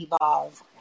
evolve